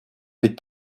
быть